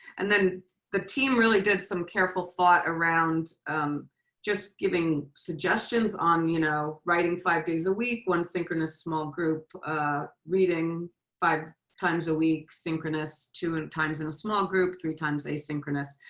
and then the team really did some careful thought around just giving suggestions on you know writing five days a week, one synchronous small group ah reading five times a week, synchronous two times in a small group, three times asynchronous.